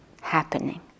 happening